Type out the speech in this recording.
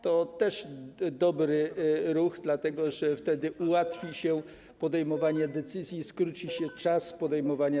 To też dobry ruch, dlatego że wtedy ułatwi się podejmowanie decyzji i skróci się czas ich podejmowania.